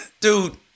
dude